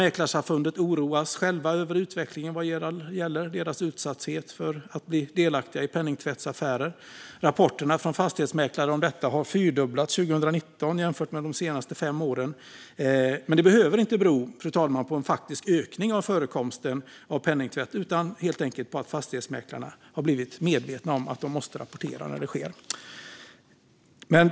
Mäklarsamfundet självt oroas över utvecklingen vad gäller fastighetsmäklares utsatthet för att bli delaktiga i penningtvättsaffärer. Rapporterna från fastighetsmäklare om detta hade 2019 fyrdubblats jämfört med de fem senaste åren. Men det behöver inte bero på en faktisk ökning av förekomsten av penningtvätt, utan kan helt enkelt bero på att fastighetsmäklarna blivit medvetna om att de måste rapportera när detta sker.